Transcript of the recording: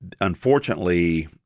unfortunately